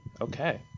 Okay